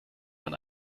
man